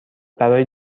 برای